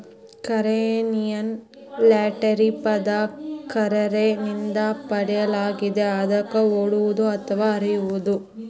ಕರೆನ್ಸಿಯನ್ನು ಲ್ಯಾಟಿನ್ ಪದ ಕರ್ರೆರೆ ನಿಂದ ಪಡೆಯಲಾಗಿದೆ ಅಂದರೆ ಓಡುವುದು ಅಥವಾ ಹರಿಯುವುದು